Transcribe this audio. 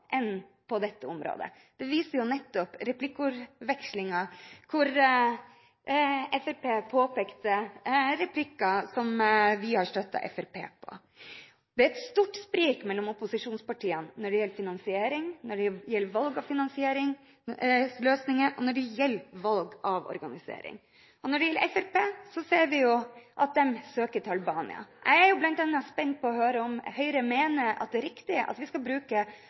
enn på dette området. Det viste jo nettopp replikkordvekslingen, hvor Fremskrittspartiet påpekte replikker som vi har støttet Fremskrittspartiet på. Det er et stort sprik mellom opposisjonspartiene når det gjelder finansiering, når det gjelder valg av finansieringsløsninger, og når det gjelder valg av organisering. Og når det gjelder Fremskrittspartiet, ser vi jo at de søker til Albania. Jeg er spent på å høre om Høyre mener det er riktig at vi skal bruke